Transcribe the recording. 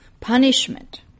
punishment